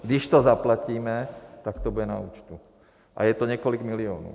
Když to zaplatíme, tak to bude na účtu, a je to několik milionů.